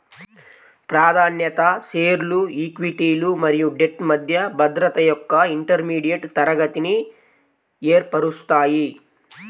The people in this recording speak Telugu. ప్రాధాన్యత షేర్లు ఈక్విటీలు మరియు డెట్ మధ్య భద్రత యొక్క ఇంటర్మీడియట్ తరగతిని ఏర్పరుస్తాయి